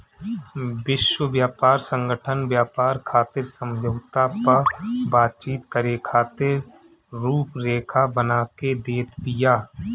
विश्व व्यापार संगठन व्यापार खातिर समझौता पअ बातचीत करे खातिर रुपरेखा बना के देत बिया